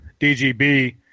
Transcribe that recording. DGB